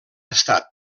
estat